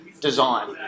design